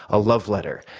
a love letter.